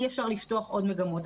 אי אפשר לפתוח עוד מגמות,